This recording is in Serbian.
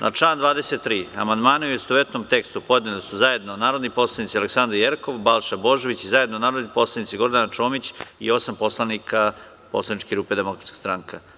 Na član 23. amandmane, u istovetnom tekstu, podneli su zajedno narodni poslanici Aleksandra Jerkov, Balša Božović i zajedno Gordana Čomić i osam poslanika Poslaničke grupe Demokratska stranka.